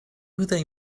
they